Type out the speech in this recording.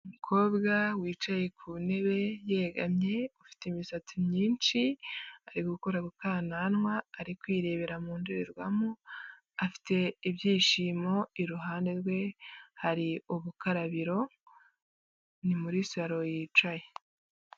Umukobwa wicaye ku ntebe yegamye ufite imisatsi myinshi, ari gukora ku kananwa ari kwirebera mu ndorerwamo afite ibyishimo, iruhande rwe hari ubukarabiro ni muri salo yicaye.